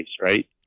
Right